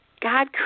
God